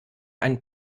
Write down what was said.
einen